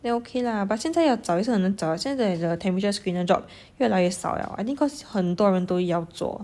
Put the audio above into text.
then okay lah but 现在要找也是很难找所有的 temperature screener job 越来越少 liao I think cause 很多人都要做